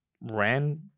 ran